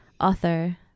author